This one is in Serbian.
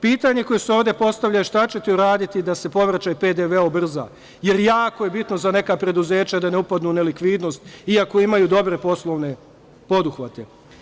Pitanje koje se ovde postavlja je šta ćete uraditi da se povraćaj PDV-a ubrza jer, jako je bitno za neka preduzeća da ne upadnu u nelikvidnost iako imaju dobre poslovne poduhvate?